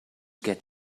get